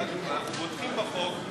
אנחנו בוטחים בחוק,